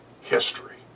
history